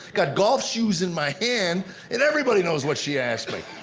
got golf shoes in my hand and everybody knows what she asks me.